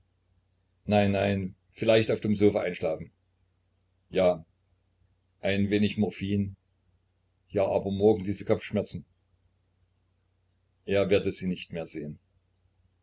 nein nein vielleicht auf dem sofa einschlafen ja ein wenig morphin ja aber morgen diese kopfschmerzen er werde sie nicht mehr sehen